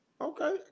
okay